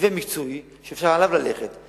מקצועי שאפשר ללכת עליו.